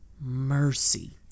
mercy